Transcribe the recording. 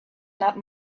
not